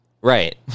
Right